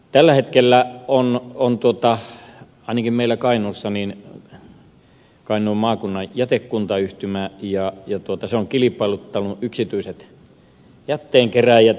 tällä hetkellä on ainakin meillä kainuussa kainuun maakunnan jätekuntayhtymä ja se on kilpailuttanut yksityiset jätteenkerääjät